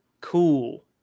cool